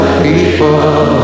people